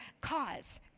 cause